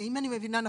אם אני מבינה נכון,